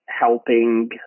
helping